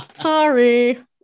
sorry